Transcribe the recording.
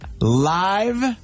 Live